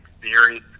theory